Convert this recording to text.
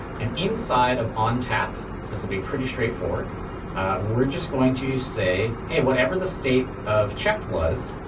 and inside of ontap this will be pretty straightforward we're just going to say, hey, whatever the state of checked was,